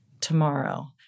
tomorrow